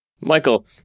Michael